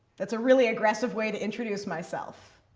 that's a really aggressive way to introduce myself.